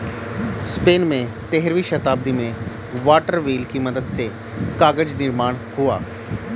Spain में तेरहवीं शताब्दी में वाटर व्हील की मदद से कागज निर्माण हुआ